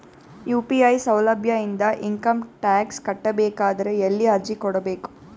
UPI ಸೌಲಭ್ಯ ಇಂದ income tax ಕಟ್ಟಬೇಕಾದರ ಎಲ್ಲಿ ಅರ್ಜಿ ಕೊಡಬೇಕು?